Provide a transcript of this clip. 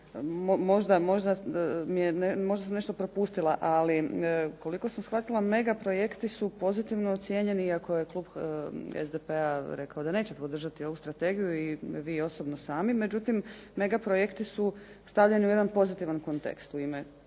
možda sam nešto propustila, koliko sam shvatila mega projekti su pozitivno ocijenjeni iako je Klub SDP-a rekao da neće podržati ovu strategiju i vi osobno sami, međutim, mega projekti su stavljeni u jedan pozitivan kontekst u ime